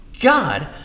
god